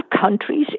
countries